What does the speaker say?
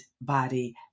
body